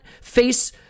face